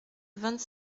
vingt